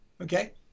Okay